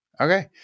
Okay